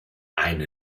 eine